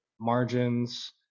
margins